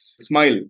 Smile